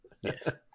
Yes